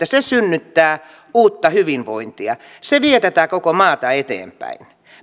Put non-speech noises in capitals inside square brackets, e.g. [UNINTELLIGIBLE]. [UNINTELLIGIBLE] se synnyttää uutta hyvinvointia se vie tätä koko maata eteenpäin